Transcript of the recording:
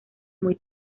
muy